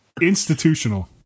Institutional